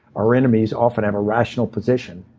our enemies often have a rational position.